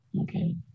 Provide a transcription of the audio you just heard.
Okay